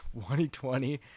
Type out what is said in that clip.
2020